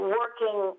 working